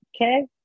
Okay